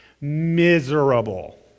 miserable